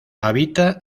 habita